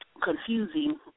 confusing